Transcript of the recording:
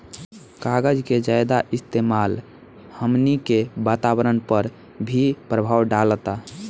कागज के ज्यादा इस्तेमाल हमनी के वातावरण पर भी प्रभाव डालता